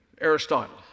Aristotle